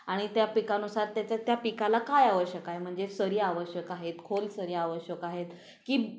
आणि त्या पिकानुसार त्याच्यात त्या पिकाला काय आवश्यक आहे म्हणजे सरी आवश्यक आहेत खोल सरी आवश्यक आहेत की